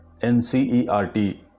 NCERT